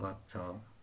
ଗଛ